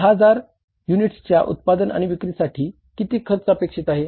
10 हजार युनिट्सच्या उत्पादन आणि विक्रीसाठी किती खर्च अपेक्षित आहे